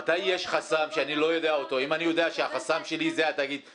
אם אני יודע שהחסם שלי זה התאגיד,